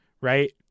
right